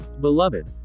Beloved